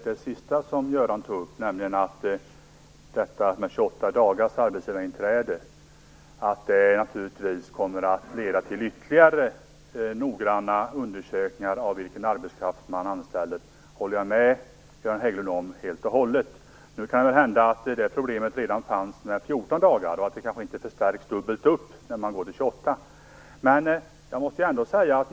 Fru talman! Göran Hägglund sade att 28 dagars arbetsgivarinträde kommer att leda till ytterligare noggranna undersökningar av vilken arbetskraft som man anställer. Jag instämmer helt och hållet i det. Nu kan det hända att problemet fanns redan när arbetsgivarinträdet var 14 dagar. Det förstärks kanske inte dubbelt när antalet dagar utökas till 28.